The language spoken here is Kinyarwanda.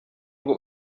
ngo